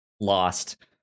lost